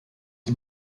die